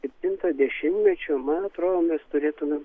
septinto dešimtmečio man atrodo mes turėtumėm